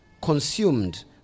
consumed